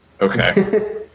Okay